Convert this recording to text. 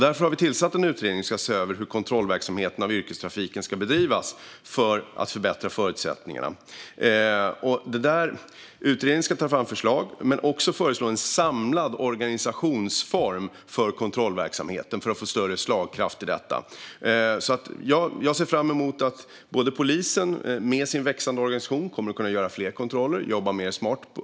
Därför har vi tillsatt en utredning som ska se över hur kontrollverksamheten av yrkestrafiken ska bedrivas för att förbättra förutsättningarna. Utredningen ska ta fram förslag för detta men också föreslå en samlad organisationsform för kontrollverksamheten för att uppnå större slagkraft. Jag ser fram emot att polisen med sin växande organisation kommer att kunna göra fler kontroller och jobba smartare.